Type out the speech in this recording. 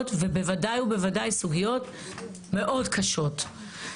ובוודאי ובוודאי סוגיות מאוד קשות.